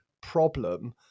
problem